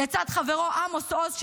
לצד חברו עמוס עוז,